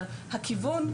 אבל הכיוון,